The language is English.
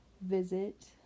visit